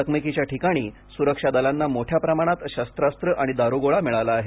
चकमकीच्या ठिकाणी सुरक्षा दलांना मोठ्या प्रमाणात शस्त्रास्वे आणि दारुगोळा मिळाला आहे